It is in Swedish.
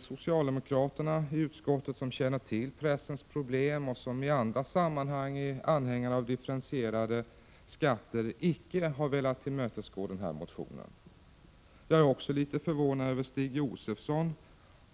socialdemokraterna i utskottet, som känner till pressens problem och som i andra sammanhang är anhängare av differentierade skatter, icke har velat tillmötesgå vår motion. Jag är också förvånad över Stig Josefsons ställningstagande.